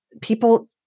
people